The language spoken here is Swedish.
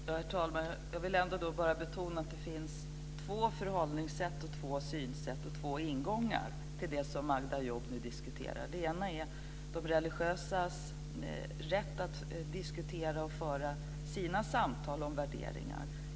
Herr talman! Jag vill då bara betona att det finns två förhållningssätt, två synsätt eller två ingångar till det som Magda Ayoub nu diskuterar. Det ena är de religiösas rätt att diskutera och föra sina samtal om värderingar.